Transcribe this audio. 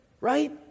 Right